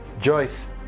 Joyce